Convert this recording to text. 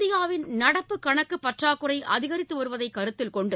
இந்தியாவின் நடப்புக் கணக்குப் பற்றாக்குறை அதிகரித்து வருவதை கருத்தில் கொண்டு